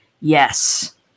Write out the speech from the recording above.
Yes